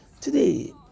Today